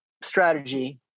strategy